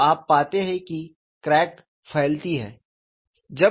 तो आप पाते हैं कि क्रैक फैलती है